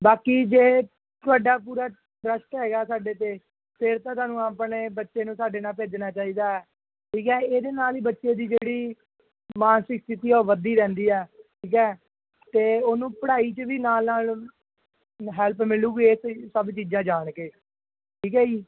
ਬਾਕੀ ਜੇ ਤੁਹਾਡਾ ਪੂਰਾ ਟਰੱਸਟ ਹੈਗਾ ਸਾਡੇ 'ਤੇ ਫਿਰ ਤਾਂ ਤੁਹਾਨੂੰ ਆਪਣੇ ਬੱਚੇ ਨੂੰ ਸਾਡੇ ਨਾਲ ਭੇਜਣਾ ਚਾਹੀਦਾ ਠੀਕ ਹੈ ਇਹਦੇ ਨਾਲ ਹੀ ਬੱਚੇ ਦੀ ਜਿਹੜੀ ਮਾਨਸਿਕ ਸਥਿਤੀ ਉਹ ਵੱਧਦੀ ਰਹਿੰਦੀ ਆ ਠੀਕ ਹੈ ਅਤੇ ਉਹਨੂੰ ਪੜ੍ਹਾਈ 'ਚ ਵੀ ਨਾਲ ਨਾਲ ਹੈਲਪ ਮਿਲੇਗੀ ਇਹ ਸਭ ਚੀਜ਼ਾਂ ਜਾਣ ਕੇ ਠੀਕ ਹੈ ਜੀ